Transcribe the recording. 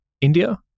India